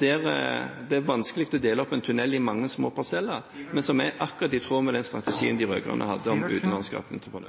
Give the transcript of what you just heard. Det er vanskelig å dele opp en tunnel i mange små parseller, som er akkurat i tråd med den strategien de